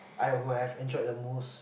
I would have enjoyed the most